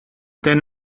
then